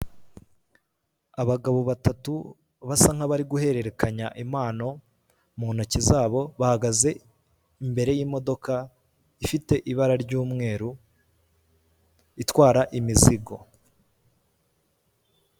Abagabo batatu basa nkabari guhererekanya impano mu ntoki zabo bahagaze imbere y'imodoka ifite ibara ry'umweru, itwara imizigo.